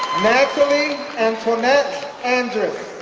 natalie antoinette and